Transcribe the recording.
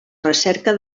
recerca